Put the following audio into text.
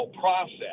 process